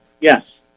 Yes